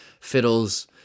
fiddles